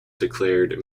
declared